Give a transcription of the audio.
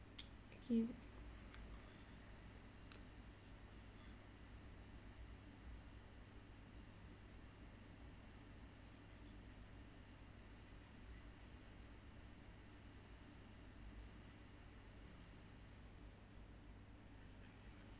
okay